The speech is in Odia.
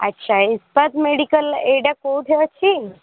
ଆଚ୍ଛା ଇସ୍ପାତ୍ ମେଡିକାଲ୍ ଏଇଟା କୋଉଠି ଅଛି